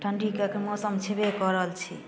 ठण्डीके एखन मौसम छेबे करल छै